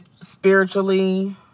spiritually